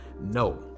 no